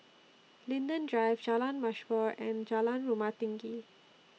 Linden Drive Jalan Mashhor and Jalan Rumah Tinggi